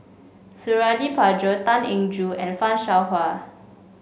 Suradi Parjo Tan Eng Joo and Fan Shao Hua